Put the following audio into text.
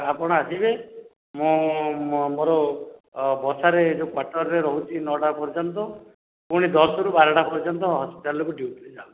ଆପଣ ଆସିବେ ମୁଁ ମୋ ମୋର ବସାରେ କ୍ୱାଟର୍ ରେ ରହୁଛି ନଅଟା ପର୍ଯ୍ୟନ୍ତ ପୁଣି ଦଶରୁ ବାରଟା ପର୍ଯ୍ୟନ୍ତ ହସ୍ପିଟାଲ୍ କୁ ଡିଉଟିରେ ଯାଉଛି